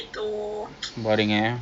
budding air